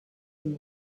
and